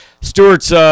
Stewart's